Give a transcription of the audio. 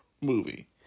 movie